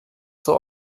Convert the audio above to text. zur